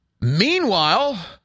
Meanwhile